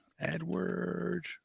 edward